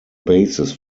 basis